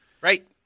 Right